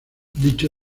dicho